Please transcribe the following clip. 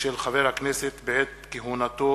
של חבר הכנסת בעת כהונתו,